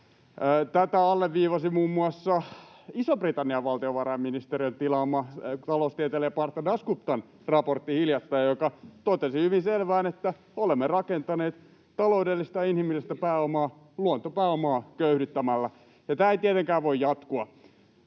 Tätä alleviivasi hiljattain muun muassa Ison-Britannian valtiovarainministeriön tilaama taloustieteilijä Partha Dasguptan raportti, joka totesi hyvin selvästi, että olemme rakentaneet taloudellista ja inhimillistä pääomaa luontopääomaa köyhdyttämällä. Tämä ei tietenkään voi jatkua.